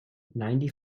ninety